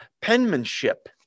penmanship